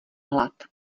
hlad